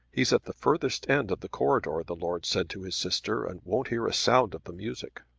he's at the furthest end of the corridor, the lord said to his sister, and won't hear a sound of the music.